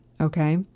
okay